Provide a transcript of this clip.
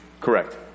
Correct